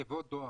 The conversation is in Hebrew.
תיבות דואר.